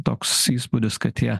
toks įspūdis kad jie